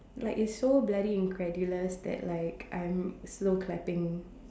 like is so bloody in gradualness that like I'm slow clapping